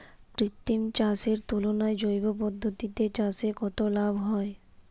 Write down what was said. কৃত্রিম চাষের তুলনায় জৈব পদ্ধতিতে চাষে কত লাভ হয়?